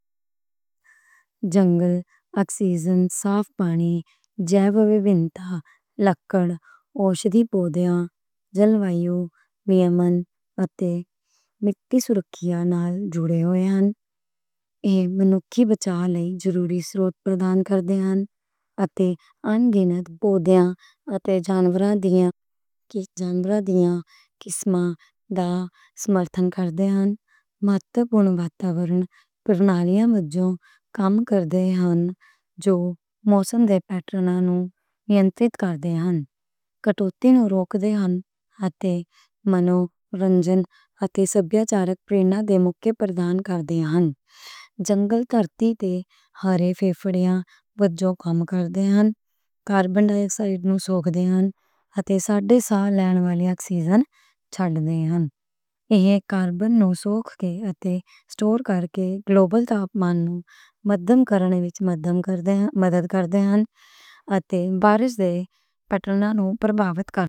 آکسیجن، صاف پانی، bio diversity, لکڑی، اوشدی پودیاں، جل وایو، میامُن اتے میٹھیاں سُرخیاں نال جڑے ہوئے ہن۔ ایہ منکھی بچاؤ لئی ضروری سروسز پردان کردے ہن۔ اتے آن گنت پودیاں اتے جانوراں دیاں قسمہ دا سمرتھن کردے ہن۔ مہتوپورن واتاورن پرنالیاں وچوں کم کردے ہن جو موسم دے پیٹرناں نوں میانترت کردے ہن۔ کٹاؤ نوں روک دے ہن اتے منورنجن اتے سبھیاچاری پریرنا دے مکھ پردان کردے ہن۔ جنگل ترتی تے ہرے پھپھڑے وجوں کم کردے ہن۔ کاربن ڈائی آکسائیڈ نوں سوکدے ہن اتے ساڈے سانس لئی آکسیجن چھڈ دے ہن۔ ایہ کاربن نوں سوک کے اتے اسٹور کرکے گلوبل تاپمان نوں مدھم کرنے وچ مدھم کردے ہن اتے برسات دے پیٹرناں نوں اثرانداز کردے ہن۔